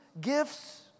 gifts